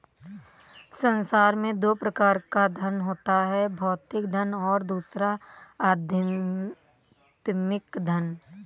संसार में दो प्रकार का धन होता है भौतिक धन और दूसरा आध्यात्मिक धन